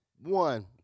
one